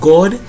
God